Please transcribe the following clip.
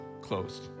closed